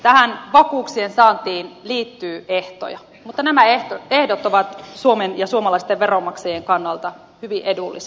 tähän vakuuksien saantiin liittyy ehtoja mutta nämä ehdot ovat suomen ja suomalaisten veronmaksajien kannalta hyvin edulliset